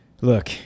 Look